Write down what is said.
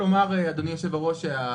אדוני היושב-ראש, אני